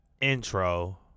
intro